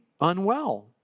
unwell